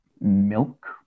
Milk